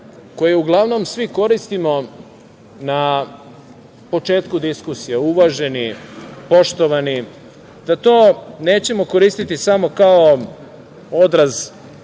koje uglavnom svi koristimo na početku diskusije – uvaženi, poštovani, da to nećemo koristiti samo kao odraz